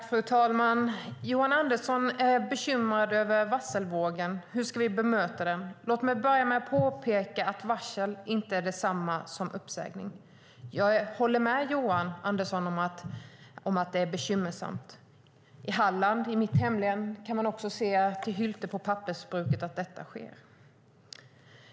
Fru talman! Johan Andersson är bekymrad över varselvågen. Hur ska vi bemöta den? Låt mig börja med att påpeka att varsel inte är detsamma som uppsägning. Jag håller med Johan Andersson om att det är bekymmersamt. I mitt hemlän Halland kan man se på pappersbruket i Hylte att detta sker.